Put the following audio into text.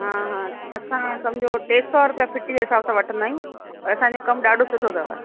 हा हा असां सम्झो टे सौ रुपिया फ़िट जे हिसाब सां वठंदा आहियूं पर असांजो कमु ॾाढो सुठो अथव